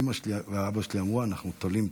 אימא שלי ואבא שלי אמרו: אנחנו תולים.